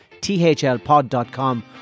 thlpod.com